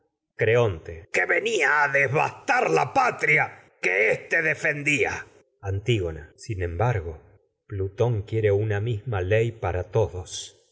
creonte defendía que venia a devastar la patria que éste antígona sin embargo plutón quiere una misma ley para todos